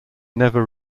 never